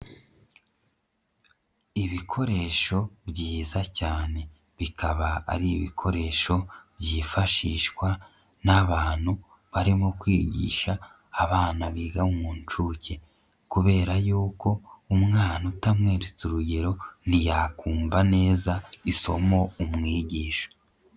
Ibikoresho byiza cyane, bikaba ari ibikoresho byifashishwa n'abantu barimo kwigisha abana biga mu nshuke kubera yuko umwana utamweretse urugero ntiyakumva neza isomo umwigisha.